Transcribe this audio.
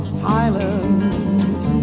silence